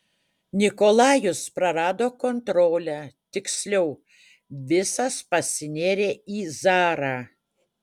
nikolajus prarado kontrolę tiksliau visas pasinėrė į zarą